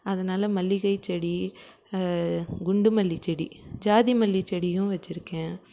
அதனால் மல்லிகைச் செடி குண்டு மல்லிகைச் செடி ஜாதி மல்லிகைச் செடியும் வச்சுருக்கேன்